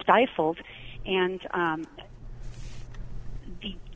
stifled and